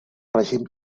règim